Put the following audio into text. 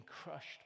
crushed